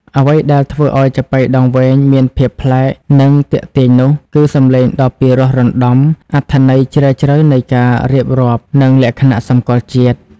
អ្វីដែលធ្វើឱ្យចាប៉ីដងវែងមានភាពប្លែក និងទាក់ទាញនោះ គឺ សម្លេងដ៏ពិរោះរណ្តំ អត្ថន័យជ្រាលជ្រៅនៃការរៀបរាប់ និងលក្ខណៈសម្គាល់ជាតិ។